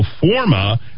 forma